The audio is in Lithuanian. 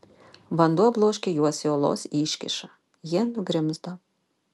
vanduo bloškė juos į uolos iškyšą jie nugrimzdo